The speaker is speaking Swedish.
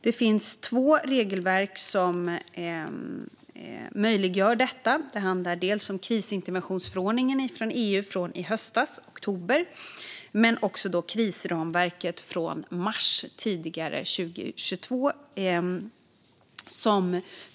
Det finns två regelverk som möjliggör detta. Det handlar dels om krisinterventionsförordningen från EU från i oktober i höstas, dels om krisramverket från i mars 2022.